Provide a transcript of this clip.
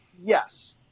Yes